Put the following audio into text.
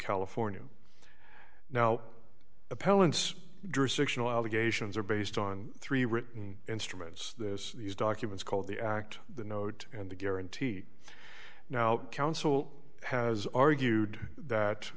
allegations are based on three written instruments this these documents called the act the note and the guarantee now counsel has argued that